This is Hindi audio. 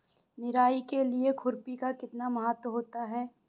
निराई के लिए खुरपी का कितना महत्व होता है?